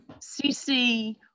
CC